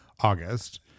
August